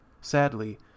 Sadly